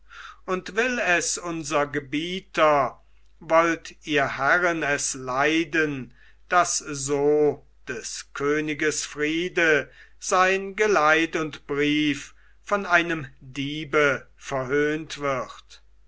und will es unser gebieter wollt ihr herren es leiden daß so des königes friede sein geleit und brief von einem diebe verhöhnt wird